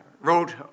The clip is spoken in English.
wrote